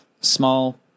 small